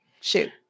Shoot